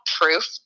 proof